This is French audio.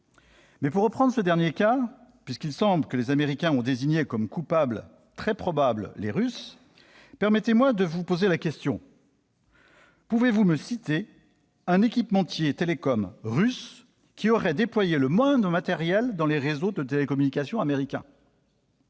Pour reprendre ce dernier exemple, et puisqu'il semble que les Américains ont désigné les Russes comme les coupables très probables, permettez-moi de vous poser cette question : pouvez-vous me citer un équipementier russe qui aurait déployé le moindre matériel dans les réseaux de télécommunication américains ?